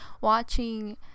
watching